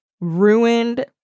ruined